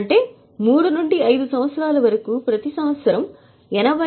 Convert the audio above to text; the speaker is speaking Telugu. కాబట్టి 3 నుండి 5 సంవత్సరాల వరకు ప్రతి సంవత్సరం రూ